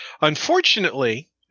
Unfortunately